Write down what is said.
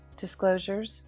disclosures